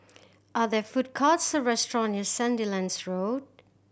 are there food courts or restaurant near Sandilands Road